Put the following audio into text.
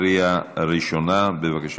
בקריאה ראשונה, בבקשה,